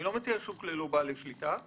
אני לא מציע שוק ללא בעלי שליטה,